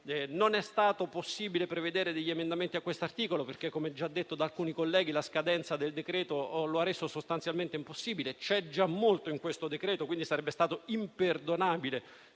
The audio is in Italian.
Non è stato possibile prevedere degli emendamenti a questo articolo perché, come già detto da alcuni colleghi, la scadenza del decreto lo ha reso sostanzialmente impossibile. C'è già molto nel decreto, quindi sarebbe stato imperdonabile